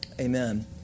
Amen